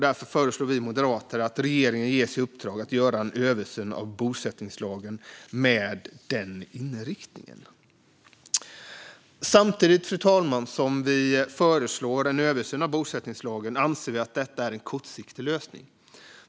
Därför föreslår vi moderater att regeringen ges i uppdrag att göra en översyn av bosättningslagen med den inriktningen. Samtidigt, fru talman, som vi föreslår en översyn av bosättningslagen anser vi att detta är en kortsiktig lösning.